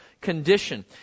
condition